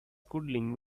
cuddling